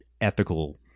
ethical